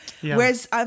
Whereas